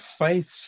faith